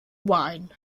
wine